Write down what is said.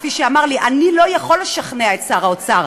כפי שאמר לי: אני לא יכול לשכנע את שר האוצר,